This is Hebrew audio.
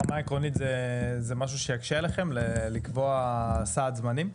ברמה העקרונית זה משהו שיקשה עליכם לקבוע סעד זמנים?